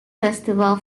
festival